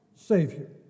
Savior